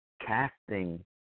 casting